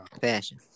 Fashion